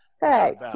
Hey